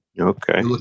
okay